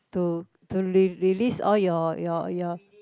to to re~ release all your your your